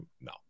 No